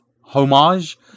homage